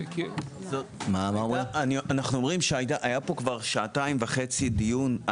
אנחנו אומרים שכבר היה פה שעתיים וחצי דיון,